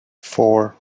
four